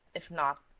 if not,